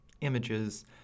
images